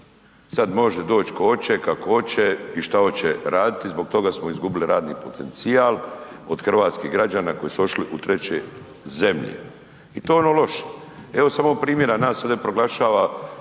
sad može doć ko oće, kako oće i šta oće raditi, zbog toga smo izgubili radni potencijal od hrvatskih građana koji su otišli u treće zemlje i to je ono loše. Evo samo primjera nas ovdje proglašava,